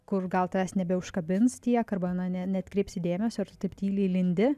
kur gal tavęs nebeužkabins tiek arba na ne ne neatkreipsi dėmesio ir tu taip tyliai lindi